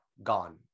gone